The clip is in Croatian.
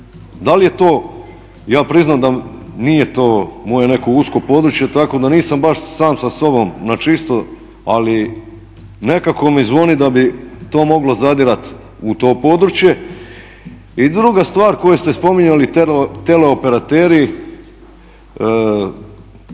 Da li je to ja priznam da nije to moje neko usko područje, tako da nisam baš sam sa sobom na čisto ali nekako mi zvoni da bi to moglo zadirati u to područje. I druga stvar koju ste spominjali teleoperateri.